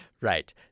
right